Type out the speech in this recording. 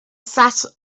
sat